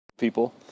people